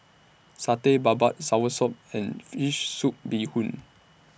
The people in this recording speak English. Satay Babat Soursop and Fish Soup Bee Hoon